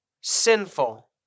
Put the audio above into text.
sinful